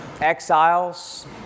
exiles